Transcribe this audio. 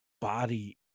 body